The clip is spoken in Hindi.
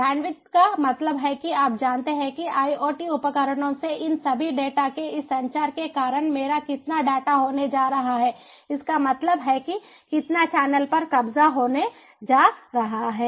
बैंडविड्थ का मतलब है कि आप जानते हैं कि आईओटी उपकरणों से इन सभी डेटा के इस संचार के कारण मेरा कितना डेटा होने जा रहा है इसका मतलब है कि कितना चैनल पर कब्जा होने जा रहा है